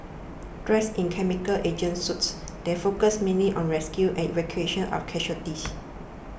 dressed in chemical agent suits they focused mainly on rescue and evacuation of casualties